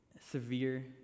severe